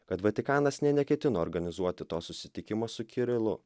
kad vatikanas nė neketino organizuoti to susitikimo su kirilu